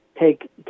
Take